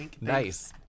Nice